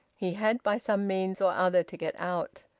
he had by some means or other to get out.